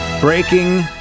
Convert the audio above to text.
Breaking